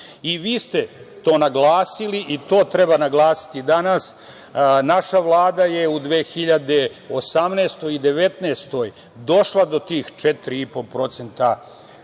ste to naglasili i to treba naglasiti danas, naša vlada je u 2018. i 2019. godini došla do tih 4,5%